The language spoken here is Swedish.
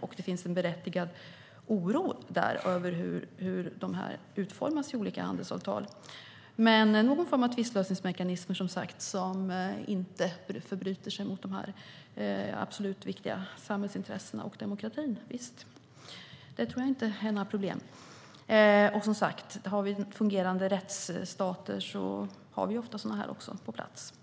Men det finns en berättigad oro över hur de utformas i olika handelsavtal. Visst behövs någon form av tvistlösningsmekanism, som inte förbryter sig mot de här absolut viktiga samhällsintressena och demokratin. Det tror jag inte att det är några problem med. Har vi fungerande rättsstater har vi också ofta sådana på plats.